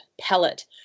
pellet